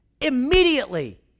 immediately